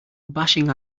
bashing